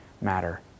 matter